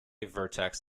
vertex